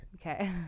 Okay